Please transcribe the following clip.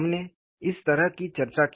हमने इस तरह की चर्चा की